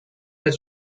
that